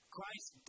Christ